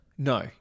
No